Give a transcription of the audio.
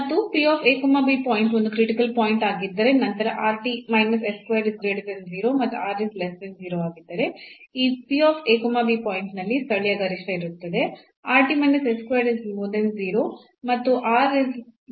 ಮತ್ತು ಪಾಯಿಂಟ್ ಒಂದು critical point ಆಗಿದ್ದರೆ ನಂತರ ಮತ್ತು ಆಗಿದ್ದರೆ ಈ ಪಾಯಿಂಟ್ ನಲ್ಲಿ ಸ್ಥಳೀಯ ಗರಿಷ್ಠ ಇರುತ್ತದೆ